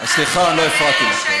סליחה, אני לא הפרעתי לכם.